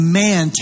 man